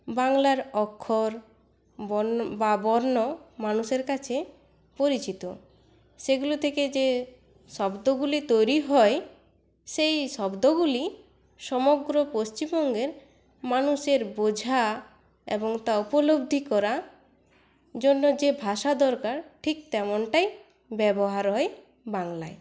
বাংলার অক্ষর বা বর্ণ মানুষের কাছে পরিচিত সেগুলি থেকে যে শব্দগুলি তৈরি হয় সেই শব্দগুলি সমগ্র পশ্চিমবঙ্গের মানুষের বোঝা এবং তা উপলব্ধি করা জন্য যে ভাষা দরকার ঠিক তেমনটাই ব্যবহার হয় বাংলায়